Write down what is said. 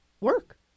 work